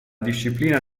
disciplina